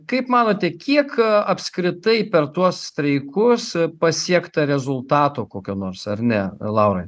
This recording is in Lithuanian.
kaip manote kiek apskritai per tuos streikus pasiekta rezultato kokio nors ar ne laurai